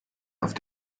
auf